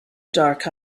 dark